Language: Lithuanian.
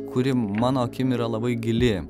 kuri mano akim yra labai gili